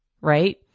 right